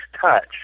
touch